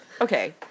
okay